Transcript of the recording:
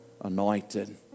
anointed